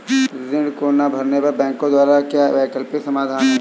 ऋण को ना भरने पर बैंकों द्वारा क्या वैकल्पिक समाधान हैं?